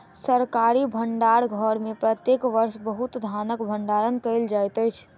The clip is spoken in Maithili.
सरकारी भण्डार घर में प्रत्येक वर्ष बहुत धानक भण्डारण कयल जाइत अछि